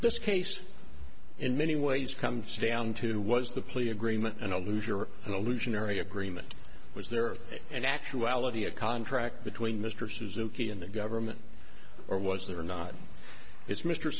this case in many ways comes down to was the plea agreement and a loser and illusionary agreement was there an actuality a contract between mr suzuki and the government or was there not it's mr